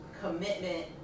commitment